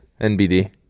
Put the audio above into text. NBD